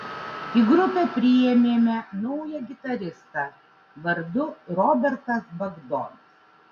į grupę priėmėme naują gitaristą vardu robertas bagdonas